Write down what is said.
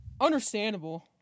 Understandable